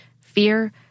fear